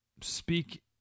speak